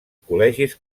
col·legis